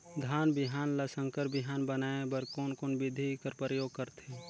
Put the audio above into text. धान बिहान ल संकर बिहान बनाय बर कोन कोन बिधी कर प्रयोग करथे?